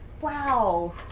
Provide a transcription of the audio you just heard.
Wow